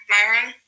Myron